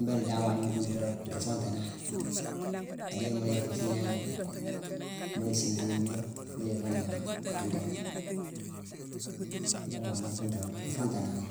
Mbéle dan waagna nfuuntu roog nruu fontuna ni. Adééne mu la yick foo fiinangh né, mu la siigo, miidangh, mu yick foo nangha an dingi. Mbééla waagna nfuuntame roog, nruu fontuna ni.